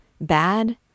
Bad